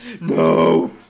no